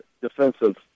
defensive